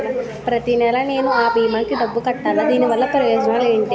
ప్రతినెల అ భీమా కి నేను డబ్బు కట్టాలా? దీనివల్ల ప్రయోజనాలు ఎంటి?